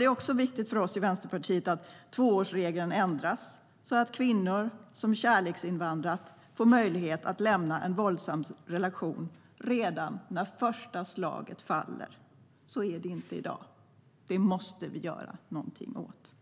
Det är också viktigt för oss i Vänsterpartiet att tvåårsregeln ändras så att kvinnor som kärleksinvandrat får möjlighet att lämna en våldsam relation redan när första slaget faller. Så är det inte i dag. Det måste vi göra någonting åt.